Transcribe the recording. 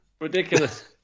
Ridiculous